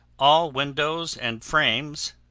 all windows and frames,